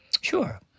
Sure